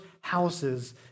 houses